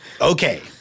okay